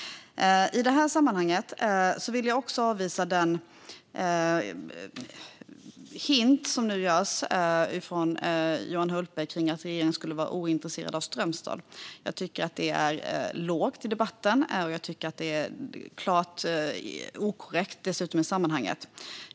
I detta sammanhang vill jag avvisa Johan Hultbergs hint att regeringen skulle vara ointresserad av Strömstad. Jag tycker att det är lågt i debatten, och jag tycker dessutom att det är klart inkorrekt i sammanhanget.